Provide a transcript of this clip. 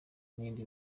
n’indi